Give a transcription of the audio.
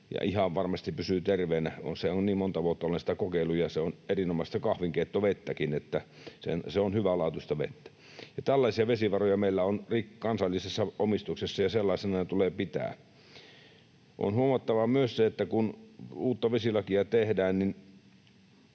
ja ihan varmasti pysyy terveenä, niin monta vuotta olen sitä kokeillut. Se on erinomaista kahvinkeittovettäkin. Se on hyvälaatuista vettä. Tällaisia vesivaroja meillä on kansallisessa omistuksessa, ja sellaisena ne tulee pitää. On huomattava myös se, että kun uutta vesilakia tehdään,